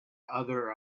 other